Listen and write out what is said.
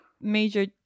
major